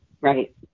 Right